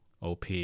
OP